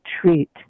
treat